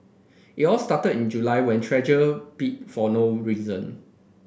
it all started in July when Treasure bit for no reason